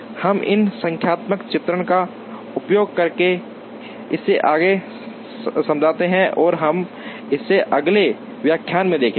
हम एक संख्यात्मक चित्रण का उपयोग करके इसे आगे समझाते हैं और हम इसे अगले व्याख्यान में देखेंगे